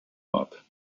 mop